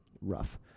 rough